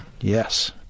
Yes